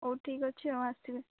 ହଉ ଠିକ୍ ଅଛି ଆଉ ଆସିବେ